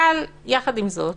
אבל, עם זאת,